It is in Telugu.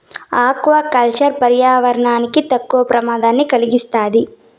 ఆక్వా కల్చర్ పర్యావరణానికి తక్కువ ప్రమాదాన్ని కలిగిస్తాది